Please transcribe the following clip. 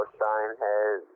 Shinehead